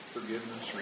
Forgiveness